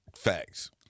Facts